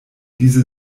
diese